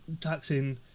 taxing